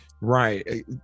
Right